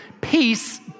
Peace